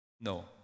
no